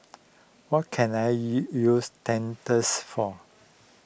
what can I U use Dentiste for